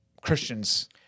Christians